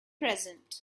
present